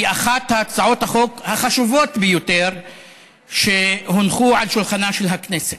היא אחת מהצעות החוק החשובות ביותר שהונחו על שולחנה של הכנסת,